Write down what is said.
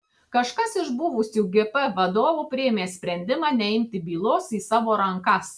kažkas iš buvusių gp vadovų priėmė sprendimą neimti bylos į savo rankas